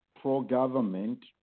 pro-government